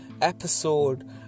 episode